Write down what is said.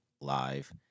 live